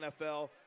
NFL